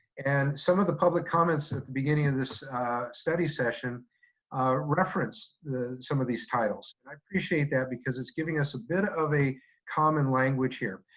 and some of the public comments at the beginning of this study session referenced some of these titles. and i appreciate that because it's giving us a bit of a common language here.